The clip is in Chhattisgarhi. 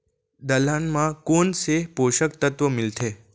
दलहन म कोन से पोसक तत्व मिलथे?